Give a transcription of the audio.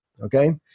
okay